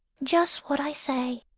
just what i say,